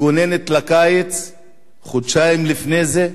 מתכוננת לקיץ חודשיים לפני זה.